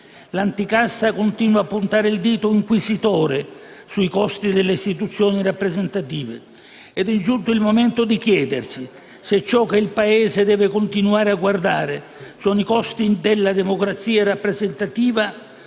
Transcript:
L'anticasta continua a puntare il dito inquisitore sui costi delle istituzioni rappresentative ed è giunto il momento di chiedersi se ciò che il Paese deve continuare a guardare sono i costi della democrazia rappresentativa o